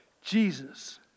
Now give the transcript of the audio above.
Jesus